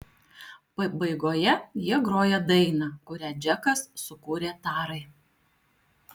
pabaigoje jie groja dainą kurią džekas sukūrė tarai